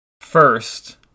First